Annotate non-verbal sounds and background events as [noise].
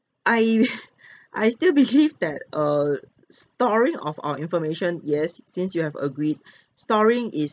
I [laughs] I still believe that err storing of our information yes since you have agreed [breath] storing is